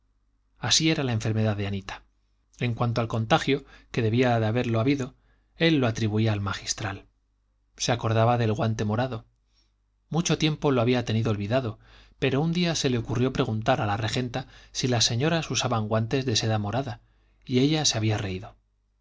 así era la enfermedad de anita en cuanto al contagio que debía de haberlo habido él lo atribuía al magistral se acordaba del guante morado mucho tiempo lo había tenido olvidado pero un día se le ocurrió preguntar a la regenta si las señoras usaban guantes de seda morada y ella se había reído